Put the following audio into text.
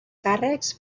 càrrecs